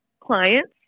clients